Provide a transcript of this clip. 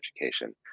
education